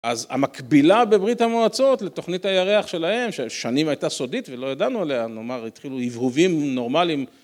אז המקבילה בברית המועצות לתוכנית הירח שלהם, ששנים הייתה סודית ולא ידענו עליה, נאמר התחילו הבהובים נורמליים.